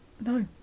No